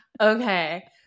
Okay